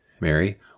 Mary